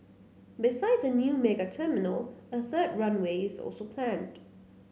besides a new mega terminal a third runway is also planned